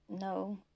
No